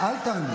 אל תעני.